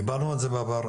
דיברנו על זה בעבר,